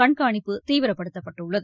கண்காணிப்பு தீவிரப்படுத்தப்பட்டுள்ளது